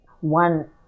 one